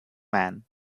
man